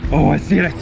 oh, i see it,